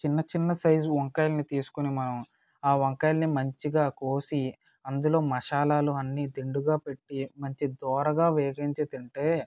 చిన్న చిన్న సైజు వంకాయల్ని తీసుకుని మనం ఆ వంకాయల్ని మంచిగా కోసి అందులో మసాలాలు అన్నీనిండుగా పెట్టి మంచి దోరగా వేగించి తింటే